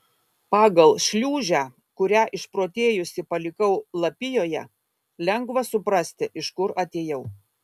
pagal šliūžę kurią išprotėjusi palikau lapijoje lengva suprasti iš kur atėjau